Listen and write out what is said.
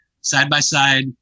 side-by-side